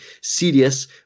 serious